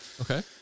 Okay